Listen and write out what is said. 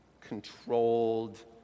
controlled